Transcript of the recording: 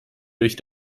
durch